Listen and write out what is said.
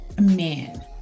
man